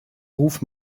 ruf